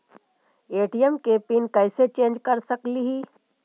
ATM के PIN कैसे change कर सकली ही?